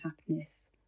happiness